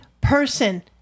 person